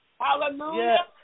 Hallelujah